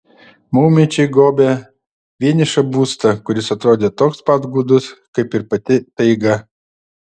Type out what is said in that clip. maumedžiai gobė vienišą būstą kuris atrodė toks pat gūdus kaip ir pati taiga